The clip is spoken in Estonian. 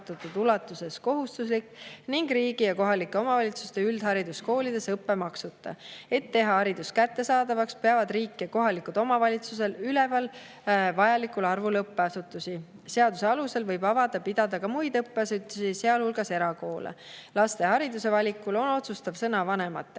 valikul on otsustav sõna vanematel.